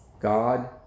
god